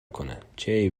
کنن، چه